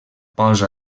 posa